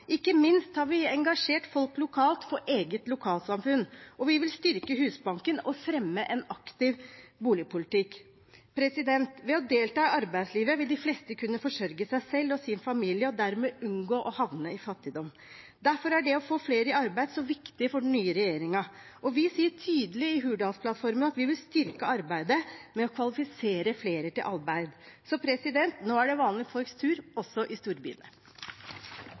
Ikke minst har vi engasjert folk lokalt for sitt eget lokalsamfunn. Og vi vil styrke Husbanken og fremme en aktiv boligpolitikk. Ved å delta i arbeidslivet vil de fleste kunne forsørge seg selv og sin familie og dermed unngå å havne i fattigdom. Derfor er det å få flere i arbeid så viktig for den nye regjeringen. Vi sier tydelig i Hurdalsplattformen at vi vil styrke arbeidet med å kvalifisere flere til arbeid. Nå er det vanlige folks tur, også i storbyene.